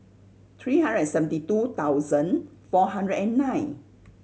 three hundred and seventy two thousand four hundred and nine